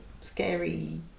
scary